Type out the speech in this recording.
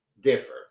differ